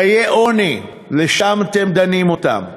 חיי עוני, לזה אתם דנים אותם,